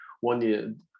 one